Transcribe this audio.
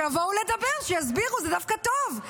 שיבואו לדבר, שיסבירו, זה דווקא טוב.